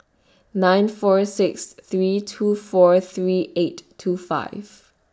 nine four six three two four three eight two five